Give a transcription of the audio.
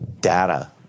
data